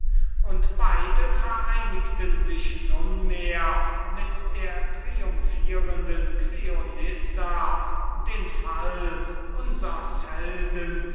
und beide vereinigten sich nunmehr mit der triumphierenden cleonissa den fall unsers helden